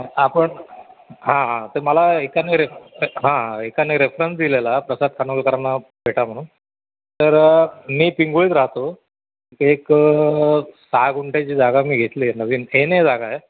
आपण हां हां तर मला एकाने रे हां एकाने रेफरन्स दिलेला प्रसाद कांदूलकरांना भेटा म्हणून तर मी पिंगोळीत राहतो एक सहा गुंठ्याची जागा मी घेतली आहे नवीन एन ए जागा आहे